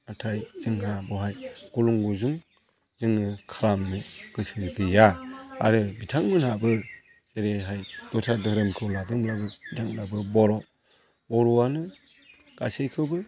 नाथाय जोंहा बेवहाय गुलुं गुजुं जोङो खालामनो गोसो गैया आरो बिथांमोनाबो जेरैहाय दस्रा धोरोमखौ लादोंब्लाबो बिथांमोनाबो बर' बर'आनो गासैखौबो